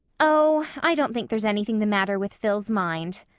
oh, i don't think there's anything the matter with phil's mind,